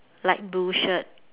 light blue shirt